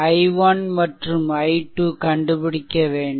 i1 மற்றும் i2 கண்டுபிடிக்க வேண்டும்